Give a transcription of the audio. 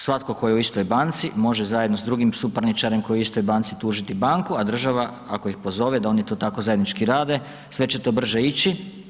Svatko tko je u istoj banci može zajedno s drugim suparničarem koji je u istoj banci tužiti banku, a država ako ih pozove da oni to tako zajednički rade sve će to brže ići.